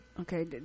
okay